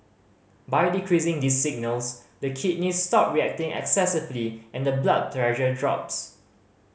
by decreasing these signals the kidneys stop reacting excessively and the blood pressure drops